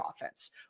offense